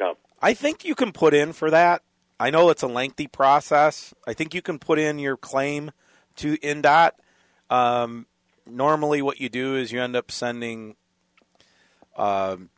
up i think you can put in for that i know it's a lengthy process i think you can put in your claim to indot normally what you do is you end up sending